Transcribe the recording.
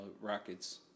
Rockets